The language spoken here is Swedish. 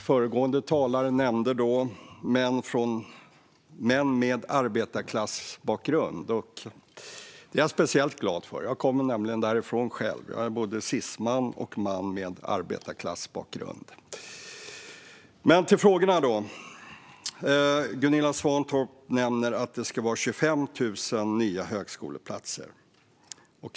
Föregående talare nämnde män med arbetarklassbakgrund. Det blir jag särskilt glad av; jag kommer nämligen därifrån själv. Jag är både cisman och man med arbetarklassbakgrund. Gunilla Svantorp nämner att det ska bli 25 000 nya högskoleplatser.